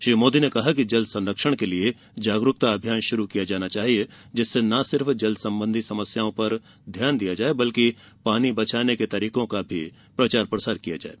श्री मोदी ने कहा कि जल संरक्षण के लिए जागरूकता अभियान शुरू किया जाना चाहिए जिसमें न सिर्फ जल संबंधी समस्याओं पर ध्यान दिया जाये बल्कि पानी बचाने के तरीकों का प्रचार प्रसार भी किया जाये